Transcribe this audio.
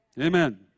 Amen